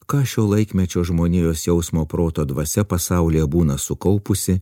ką šio laikmečio žmonijos jausmo proto dvasia pasaulyje būna sukaupusi